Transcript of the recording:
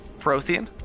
Prothean